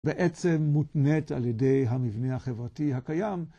בעצם מותנית על ידי המבנה החברתי הקיים.